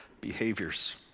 behaviors